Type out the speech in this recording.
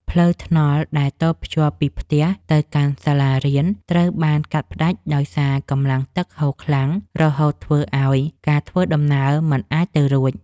ផ្លូវថ្នល់ដែលតភ្ជាប់ពីផ្ទះទៅកាន់សាលារៀន ត្រូវបានកាត់ផ្តាច់ដោយសារកម្លាំងទឹកហូរខ្លាំង រហូតធ្វើឱ្យការធ្វើដំណើរមិនអាចទៅរួច។